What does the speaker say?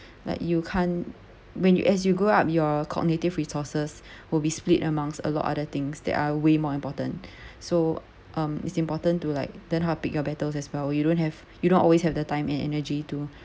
like you can't when you as you grow up your cognitive resources will be split amongst a lot other things that are way more important so um it's important to like then how pick your battles as well you don't have you don't always have the time and energy to